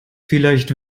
vielleicht